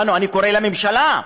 אני קורא לממשלה,